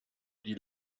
die